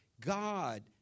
God